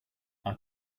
are